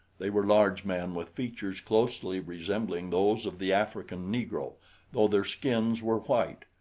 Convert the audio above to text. they were large men with features closely resembling those of the african negro though their skins were white.